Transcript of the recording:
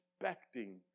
expecting